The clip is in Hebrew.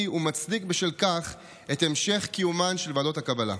ומצדיק בשל כך את המשך קיומן של ועדות הקבלה.